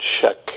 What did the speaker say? check